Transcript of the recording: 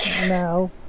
No